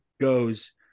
goes